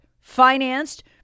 Financed